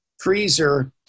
freezer